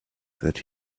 that